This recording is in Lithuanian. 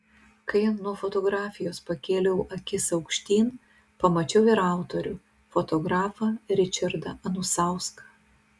kai nuo fotografijos pakėliau akis aukštyn pamačiau ir autorių fotografą ričardą anusauską